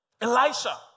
Elisha